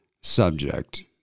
subject